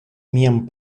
mian